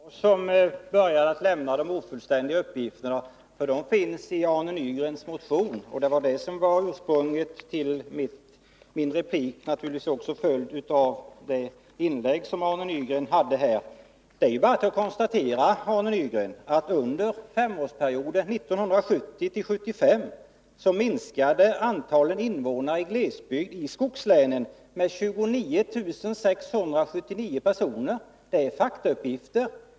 Herr talman! Det var inte jag som började att lämna ofullständiga uppgifter — uppgifterna finns i Arne Nygrens motion. Det var det som var anledningen till min replik liksom naturligtvis Arne Nygrens inlägg här i kammaren. Det är bara att konstatera, Arne Nygren, att under perioden 1970-1975 minskade antalet invånare i glesbygd i skogslänen med 29 679 personer. Det är faktauppgifter.